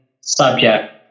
subject